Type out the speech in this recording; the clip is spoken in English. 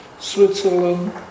Switzerland